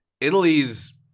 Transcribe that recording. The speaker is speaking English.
Italy's